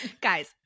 guys